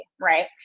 Right